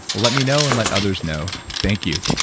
let me know and let others know thank you